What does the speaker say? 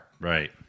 Right